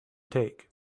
take